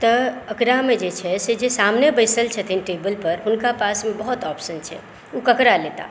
तऽ ओकरा मे जे छै से जे सामने बैसल छथिन टेबल पर हुनका पासमे बहुत ऑप्शन छै ओ केकरा लेताह